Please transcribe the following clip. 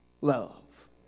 love